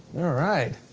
all right.